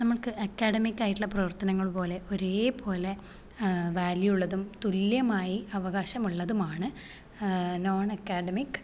നമ്മൾക്ക് അക്കാഡമിക്കായിട്ടുള്ള പ്രവർത്തനങ്ങൾ പോലെ ഒരേപോലെ വാല്യു ഉള്ളതും തുല്യമായി അവകാശമുള്ളതുമാണ് നോൺഅക്കാഡമിക്